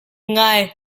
ngai